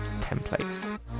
templates